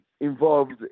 involved